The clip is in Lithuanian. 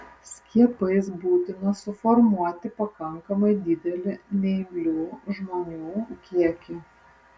skiepais būtina suformuoti pakankamai didelį neimlių žmonių kiekį